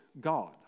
God